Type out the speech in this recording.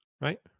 right